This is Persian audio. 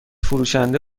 فروشنده